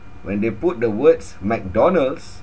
when they put the words mcdonald's